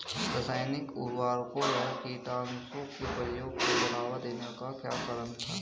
रासायनिक उर्वरकों व कीटनाशकों के प्रयोग को बढ़ावा देने का क्या कारण था?